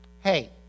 hey